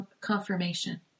confirmation